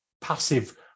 passive